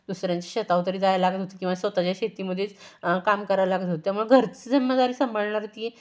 दुसऱ्यांच्या शेतावर तरी जायला लागत होती किंवा स्वतःच्या शेतीमध्येच काम करायला लागत होतं त्यामुळं घरचं जिम्मेदारी सांभाळणार ती